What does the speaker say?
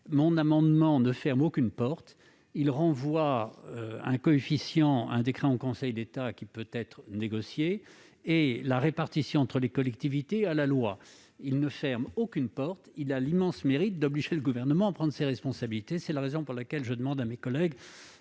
Cet amendement ne ferme aucune porte. Il vise à renvoyer un coefficient à un décret en Conseil d'État, qui peut être négocié, et la répartition entre les collectivités à la loi. Il a l'immense mérite d'obliger le Gouvernement à prendre ses responsabilités. C'est la raison pour laquelle je demande à mes collègues